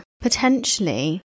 potentially